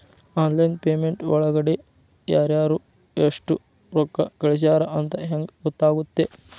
Online payment ಒಳಗಡೆ ಯಾರ್ಯಾರು ಎಷ್ಟು ರೊಕ್ಕ ಕಳಿಸ್ಯಾರ ಅಂತ ಹೆಂಗ್ ಗೊತ್ತಾಗುತ್ತೆ?